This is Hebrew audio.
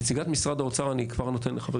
נציגת משרד האוצר נמצאת פה.